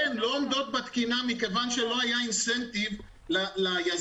לא עומדות בתקינה מכיוון שלא היה תמריץ ליזמים,